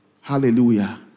Hallelujah